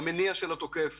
למניע של התוקף